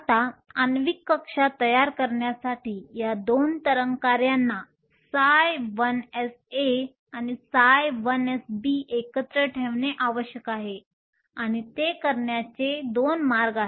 आता आण्विक कक्षा तयार करण्यासाठी या 2 तरंग कार्यांना ψ1sA आणि ψ1sB एकत्र ठेवणे आवश्यक आहे आणि ते करण्याचे 2 मार्ग आहेत